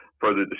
further